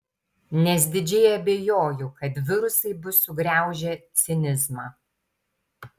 nes didžiai abejoju kad virusai bus sugraužę cinizmą